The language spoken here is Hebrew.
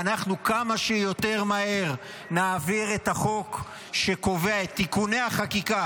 ואנחנו נעביר כמה שיותר מהר את תיקוני החקיקה